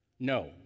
No